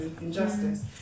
injustice